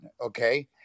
okay